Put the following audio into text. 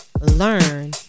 learn